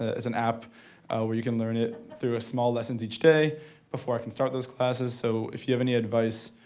it's an app where you can learn it through small lessons each day before i can start those classes, so if you have any advice,